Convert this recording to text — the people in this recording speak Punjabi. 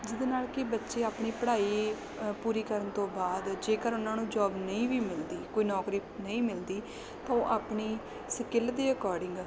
ਜਿਹਦੇ ਨਾਲ ਕਿ ਬੱਚੇ ਆਪਣੀ ਪੜ੍ਹਾਈ ਪੂਰੀ ਕਰਨ ਤੋਂ ਬਾਅਦ ਜੇਕਰ ਉਹਨਾਂ ਨੂੰ ਜੋਬ ਨਹੀਂ ਵੀ ਮਿਲਦੀ ਕੋਈ ਨੌਕਰੀ ਨਹੀਂ ਮਿਲਦੀ ਤਾਂ ਉਹ ਆਪਣੀ ਸਕਿੱਲ ਦੇ ਅਕੋਰਡਿੰਗ